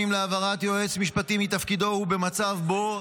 להעברת יועץ משפטי מתפקידו הוא במצב שבו,